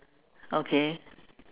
okay